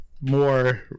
more